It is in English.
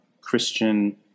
Christian